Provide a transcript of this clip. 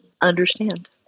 understand